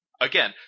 Again